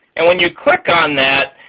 and when you click on that,